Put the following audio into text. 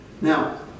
Now